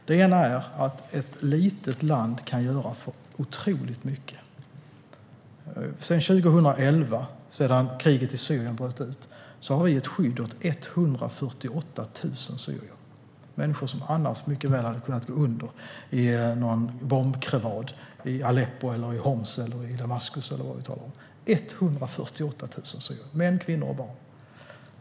Den ena är att ett litet land kan göra otroligt mycket. Sedan 2011 när kriget i Syrien bröt ut har vi gett skydd åt 148 000 syrier. Det är människor som annars mycket väl hade kunnat gå under i någon bombkrevad i Aleppo, Homs eller Damaskus. 148 000 syrier - män, kvinnor och barn!